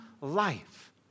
life